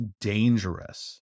dangerous